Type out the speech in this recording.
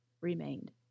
remained